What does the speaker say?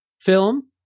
film